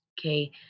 okay